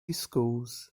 schools